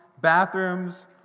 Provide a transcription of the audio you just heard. bathrooms